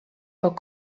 poc